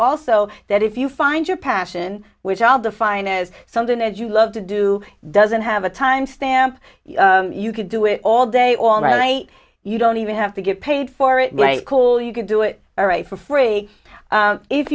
also that if you find your passion which i'll define as something that you love to do doesn't have a time stamp you could do it all day all night you don't even have to get paid for it cool you can do it all right for free